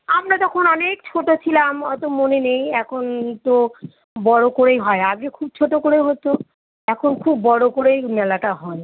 আমরা তখন অনেক ছোটো ছিলাম অতো মনে নেই এখন তো বড়ো করেই হয় আগে খুব ছোটো করে হতো এখন খুব বড়ো করেই মেলাটা হয়